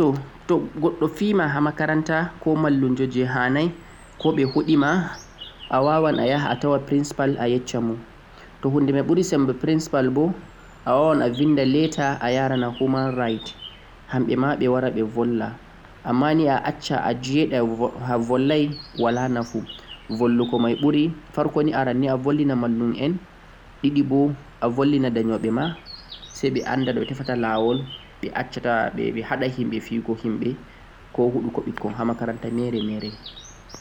To goɗɗo fima ha makaranta koh ɓe huɗema awawan a yara kara ha principal, toh hunde mai ɓurii principal mai boo awawan a vinda ɗarewola ayarana human right ɓe jaftine hakkema. Amma jiɗugo mai wala nafu, volwugo mai ɓuri, arannii avolwina mallun'en, ɗiɗi bo a vollina danyoɓema sai ɓe anda noɓe tefata lawol haɗugo feeki himɓe